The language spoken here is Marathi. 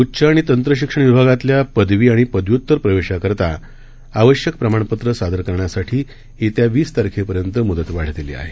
उच्च आणि तंत्र शिक्षण विभागातल्या पदवी आणि पदव्युत्तर प्रवेशाकरता आवश्यक प्रमाणपत्रं सादर करण्यासाठी येत्या वीस तारखेपर्यंत मुदतवाढ दिली आहे